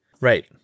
right